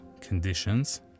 conditions